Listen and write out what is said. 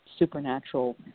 supernatural